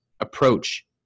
Approach